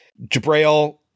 Jabrail